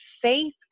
faith